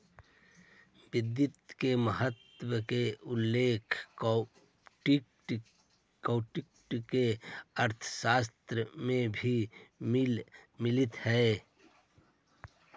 वित्त के महत्ता के उल्लेख कौटिल्य के अर्थशास्त्र में भी मिलऽ हइ